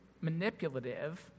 manipulative